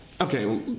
Okay